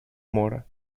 mora